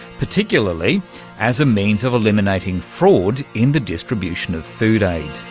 particularly as a means of eliminating fraud in the distribution of food aid.